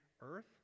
earth